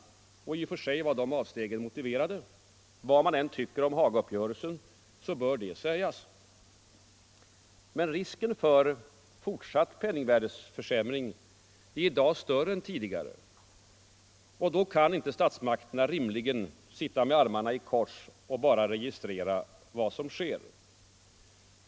Och i och för sig var de avstegen motiverade. Vad man än tycker om Hagauppgörelsen, bör detta sägas. Men risken för en fortsatt penningvärdeförsämring är i dag större än tidigare, och då kan inte statsmakterna bara sitta med armarna i kors och registrera vad som sker.